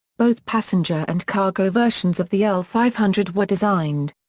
both passenger and cargo versions of the l five hundred were designed.